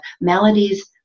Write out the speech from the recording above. maladies